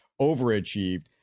overachieved